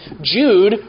Jude